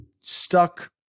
stuck